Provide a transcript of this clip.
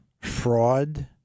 fraud